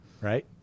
right